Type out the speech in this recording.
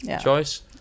choice